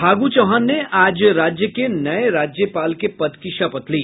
फागू चौहान ने आज राज्य के नये राज्यपाल के पद की शपथ ली